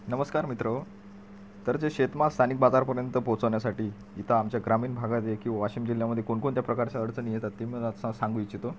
नमस्कार मित्रहो तर जे शेतमाल स्थानिक बाजारापर्यंत पोचवण्यासाठी इथं आमच्या ग्रामीण भागात आहे की वाशिम जिल्ह्यामधे कोणकोणत्या प्रकारच्या अडचणी येतात ते मी सा सांगू इच्छितो